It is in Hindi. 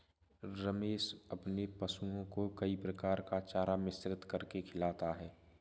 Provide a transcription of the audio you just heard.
रमेश अपने पशुओं को कई प्रकार का चारा मिश्रित करके खिलाता है